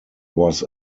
was